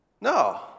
No